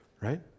right